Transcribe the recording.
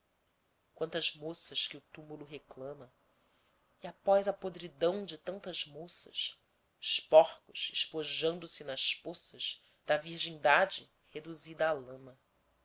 quantas moças que o túmulo reclama e após a podridão de tantas moças os porcos espojando se nas poças da virgindade reduzida à lama